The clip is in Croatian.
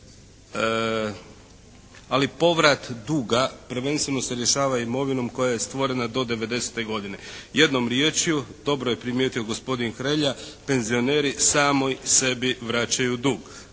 ali povrat duga prvenstveno se rješava imovinom koja je stvorena do 1990. godine. Jednom riječju dobro je primijetio gospodin Hrelja penzioneri samim sebi vraćaju dug.